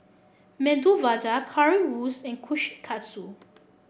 Medu Vada Currywurst and Kushikatsu